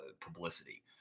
publicity